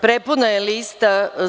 Prepuna je lista.